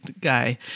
guy